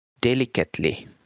delicately